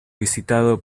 visitado